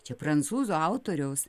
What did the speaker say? čia prancūzų autoriaus